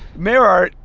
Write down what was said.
mayor art,